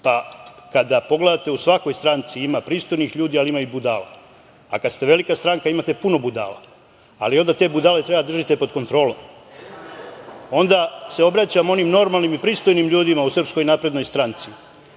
Kada pogledate u svakoj stranci ima pristojnih ljudi, ali ima i budala. Kada ste velika stranka, imate puno budala, ali onda te budale treba da držite pod kontrolom. Onda se obraćam onim normalnim i pristojnim ljudima u SNS da odustanu